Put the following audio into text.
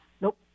Nope